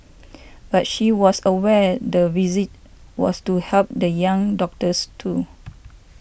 but she was aware the visit was to help the young doctors too